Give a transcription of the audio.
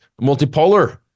multipolar